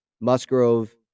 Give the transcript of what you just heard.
Musgrove